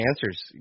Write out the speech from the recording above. answers